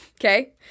okay